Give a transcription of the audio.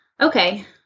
okay